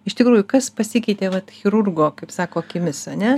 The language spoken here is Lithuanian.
iš tikrųjų kas pasikeitė vat chirurgo kaip sako akimis ane